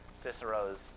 Cicero's